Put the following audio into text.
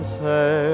say